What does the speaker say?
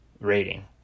rating